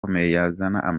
amahinduka